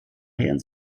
eiern